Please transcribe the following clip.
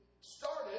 started